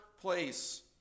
place